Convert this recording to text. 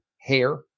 hair